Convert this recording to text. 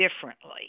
differently